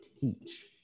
teach